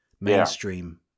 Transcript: mainstream